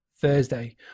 Thursday